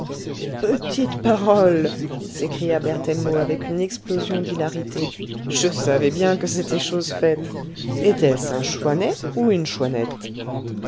petite parole s'écria berthellemot avec une explosion d'hilarité je savais bien que c'était chose faite était-ce un chouanet ou une chouanette